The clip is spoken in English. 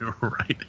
Right